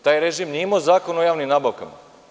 Taj režim nije imao Zakon o javnim nabavkama.